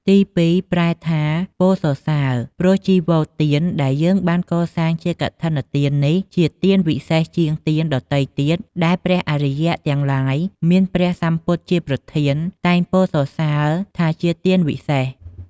ទីពីរប្រែថាពោលសរសើរ ព្រោះចីវទានដែលយើងបានកសាងជាកឋិនទាននេះ ជាទានវិសេសជាងទានដទៃៗទៀតដែលព្រះអរិយទាំងឡាយមានព្រះសម្ពុទ្ធជាប្រធាន តែងពោលសរសសើរថាជាទានវិសេស។